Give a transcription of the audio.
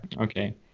Okay